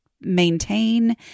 maintain